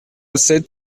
sept